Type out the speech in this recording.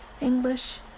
English